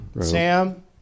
Sam